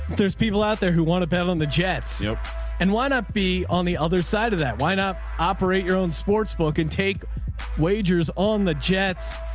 there's people out there who want to bet on the jets yeah and why not be on the other side of that? why not operate your own sports book and take wagers on the jets.